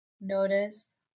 Notice